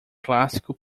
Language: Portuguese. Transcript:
clássico